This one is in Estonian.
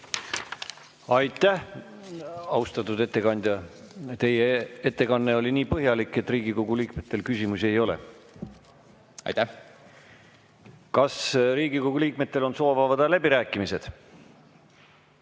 Aitäh, austatud ettekandja! Teie ettekanne oli nii põhjalik, et Riigikogu liikmetel küsimusi ei ole. Kas Riigikogu liikmetel on soov avada läbirääkimised?